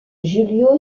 julio